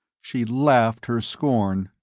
she laughed her scorn.